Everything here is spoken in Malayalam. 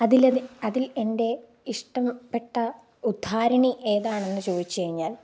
അതിലതിൽ അതിൽ എൻറ്റെ ഇഷ്ട്ടപ്പെട്ട ഉദ്ധാരിണി ഏതാണെന്ന് ചോദിച്ചു കഴിഞ്ഞാൽ